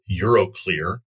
EuroClear